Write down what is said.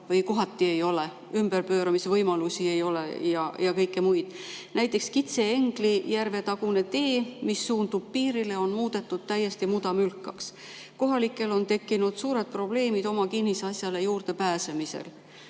ei ole, ei ole ümberpööramise võimalusi ja muud. Näiteks Kitse–Engli järve tagune tee, mis suundub piirile, on muudetud täiesti mudamülkaks. Kohalikel on tekkinud suured probleemid oma kinnisasjale juurdepääsemisel.